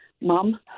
Mom